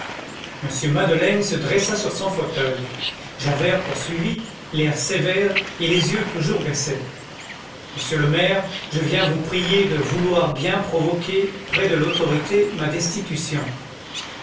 m madeleine se dressa sur son fauteuil javert poursuivit l'air sévère et les yeux toujours baissés monsieur le maire je viens vous prier de vouloir bien provoquer près de l'autorité ma destitution